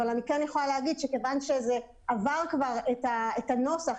אני כן יכולה להגיד שמכיוון שזה כבר עבר את הנוסח,